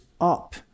up